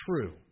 true